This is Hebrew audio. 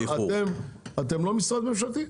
אתם לא משרד ממשלתי?